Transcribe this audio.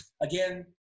Again